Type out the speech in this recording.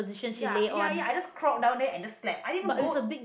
ya ya ya I just crawled down there and just slept I didn't even go